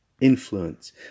influence